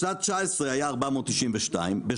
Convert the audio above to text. בשנת 2019 שווקו 492,000 טון.